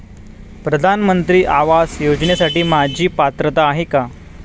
प्रधानमंत्री आवास योजनेसाठी माझी पात्रता आहे का?